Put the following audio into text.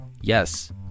Yes